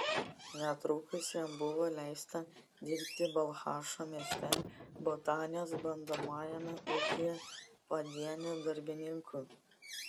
netrukus jam buvo leista dirbti balchašo miesto botanikos bandomajame ūkyje padieniu darbininku